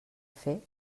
fer